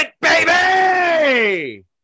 baby